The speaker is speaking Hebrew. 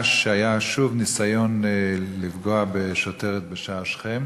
שהיה שוב ניסיון לפגוע בשוטרת בשער שכם